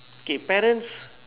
k parents